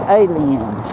alien